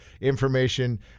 information